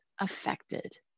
affected